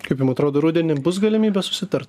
kaip jum atrodo rudenį bus galimybė susitart